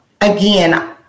again